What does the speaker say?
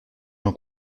j’en